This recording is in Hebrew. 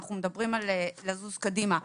ואנחנו מדברים על ללכת קדימה.